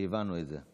שהבנו את זה.